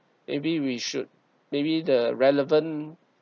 maybe we should maybe the relevant